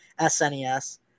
SNES